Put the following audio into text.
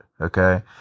Okay